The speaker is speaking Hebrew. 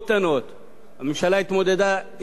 הממשלה התמודדה אתם באומץ